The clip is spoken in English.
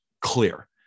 clear